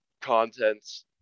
contents